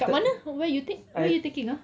k~ I